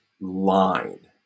line